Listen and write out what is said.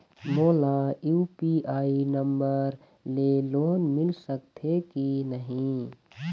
मोला UPI number ले loan मिल सकथे कि नहीं?